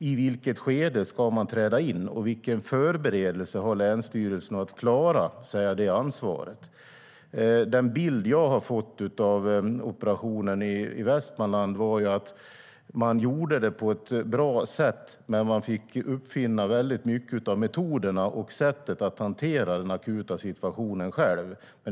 I vilket skede ska man träda in, och vilken beredskap har länsstyrelsen för att klara av det ansvaret? Den bild jag har fått av operationen i Västmanland var att man gjorde det på ett bra sätt men att man själv fick uppfinna mycket av metoderna och sättet att hantera den akuta situationen.